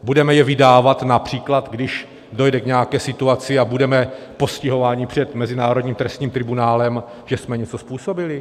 Budeme je vydávat, například když dojde k nějaké situaci a budeme postihováni před mezinárodním trestním tribunálem, že jsme něco způsobili?